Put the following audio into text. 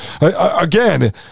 Again